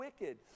wicked